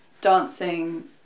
dancing